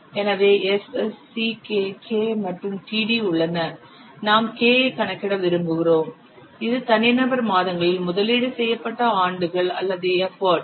எனவே Ss Ck K மற்றும் td உள்ளன நாம் K ஐ கணக்கிட விரும்புகிறோம் இது தனிநபர் மாதங்களில் முதலீடு செய்யப்பட்ட ஆண்டுகள் அல்லது எஃபர்ட்